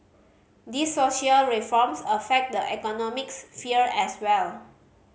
these social reforms affect the economic sphere as well